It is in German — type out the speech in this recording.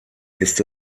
ist